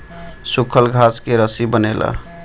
सूखल घास से रस्सी बनेला